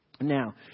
now